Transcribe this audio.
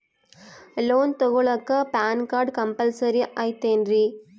Loan ತೊಗೊಳ್ಳಾಕ PAN card compulsory ಐಯ್ತೇನ್ರಿ?